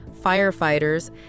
firefighters